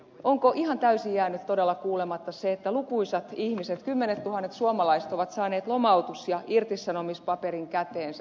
onko ihan täysin todella jäänyt kuulematta se että lukuisat ihmiset kymmenettuhannet suomalaiset ovat saaneet lomautus ja irtisanomispaperin käteensä